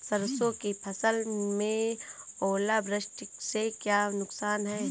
सरसों की फसल में ओलावृष्टि से क्या नुकसान है?